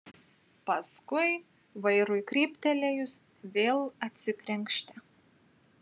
paskui vairui kryptelėjus vėl atsikrenkštė